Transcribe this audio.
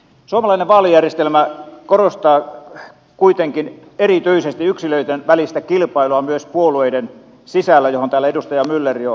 suomalainen vaalijärjestelmä korostaa kuitenkin erityisesti yksilöiden välistä kilpailua myös puolueiden sisällä johon täällä edustaja myller jo viittasi